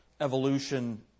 evolution